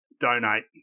donate